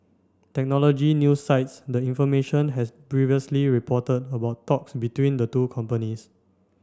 technology news site the information has previously reported about talks between the two companies